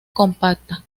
compacta